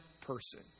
person